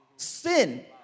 sin